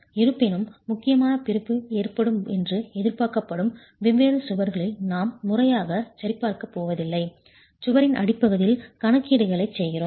இருப்பினும் முக்கியமான பிரிவு ஏற்படும் என்று எதிர்பார்க்கப்படும் வெவ்வேறு சுவர்களில் நாம் முறையாகச் சரிபார்க்கப் போவதில்லை சுவரின் அடிப்பகுதியில் கணக்கீடுகளைச் செய்கிறோம்